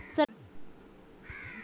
सरकारी master lakh loan मिलवा सकोहो होबे?